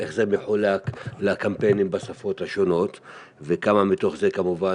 איך זה מחולק לקמפיינים בשפות השונות וכמה מתוך זה כמובן,